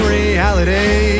reality